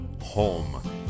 home